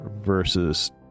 versus